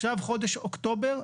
עכשיו חודש אוקטובר,